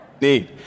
need